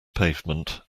pavement